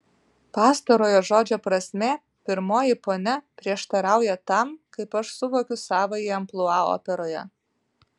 pastarojo žodžio prasmė pirmoji ponia prieštarauja tam kaip aš suvokiu savąjį amplua operoje